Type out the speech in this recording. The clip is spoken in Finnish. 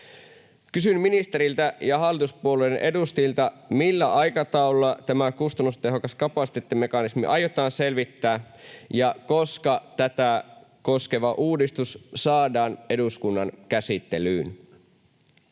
Kysyn ministeriltä ja hallituspuolueiden edustajilta: millä aikataululla tämä kustannustehokas kapasiteettimekanismi aiotaan selvittää, ja koska tätä koskeva uudistus saadaan eduskunnan käsittelyyn?